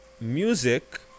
music